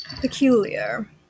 peculiar